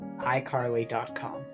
iCarly.com